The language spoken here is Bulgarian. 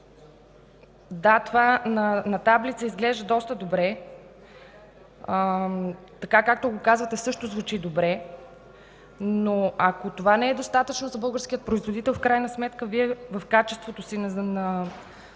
Да, това на таблица изглежда доста добре. Така, както го казвате, също звучи добре, но ако това не е достатъчно за българския производител в крайна сметка Вие в качеството си на